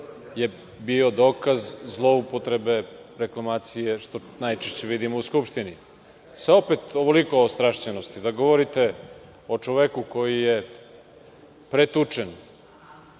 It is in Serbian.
je bio dokaz zloupotrebe reklamacije, što najčešće vidimo u Skupštini. Sa ovoliko ostrašćenosti da govorite o čoveku koji je pretučen,